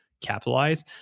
capitalize